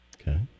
Okay